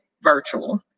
virtual